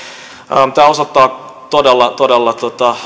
tämä osoittaa todella todella